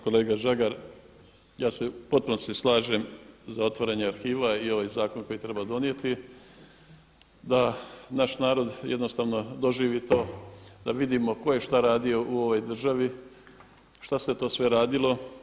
Kolega Žagar, ja se u potpunosti slažem za otvaranje arhiva i ovaj zakon koji treba donijeti da naš narod jednostavno doživi to, da vidimo tko je šta radio u ovoj državi, šta se to sve radilo.